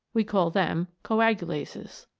we call them coagulases.